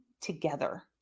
together